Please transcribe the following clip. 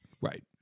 Right